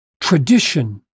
tradition